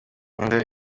inda